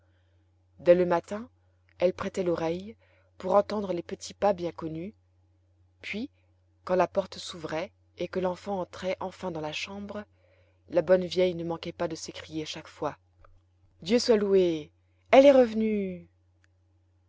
dès le matin elle prêtait l'oreille pour entendre les petits pas bien connus puis quand la porte s'ouvrait et que l'enfant entrait enfin dans la chambre la bonne vieille ne manquait pas de s'écrier chaque fois dieu soit loué elle est revenue